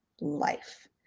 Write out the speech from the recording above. life